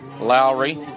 Lowry